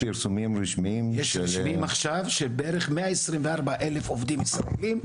יש פרסומים רשמיים מעכשיו שבערך 124,000 עובדים ישראלים